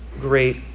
great